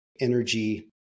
energy